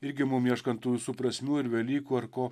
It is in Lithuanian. irgi mum ieškant tų visų prasmių ir velykų ar ko